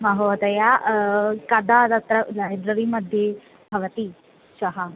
महोदया कदा तत्र लैब्ररिमध्ये भवति श्वः